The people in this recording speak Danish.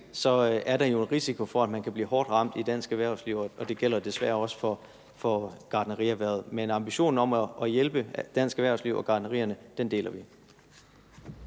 om, er der jo en risiko for, at man kan blive hårdt ramt i dansk erhvervsliv, og det gælder desværre også for gartnerierhvervet. Men ambitionen om at hjælpe dansk erhvervsliv og gartnerierne deler vi.